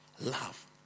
love